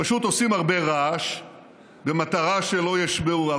פשוט עושים הרבה רעש במטרה שלא ישמעו.